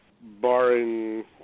barring